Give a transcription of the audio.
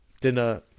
dinner